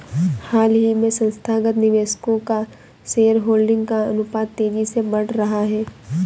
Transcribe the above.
हाल ही में संस्थागत निवेशकों का शेयरहोल्डिंग का अनुपात तेज़ी से बढ़ रहा है